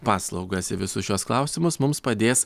paslaugas į visus šiuos klausimus mums padės